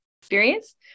experience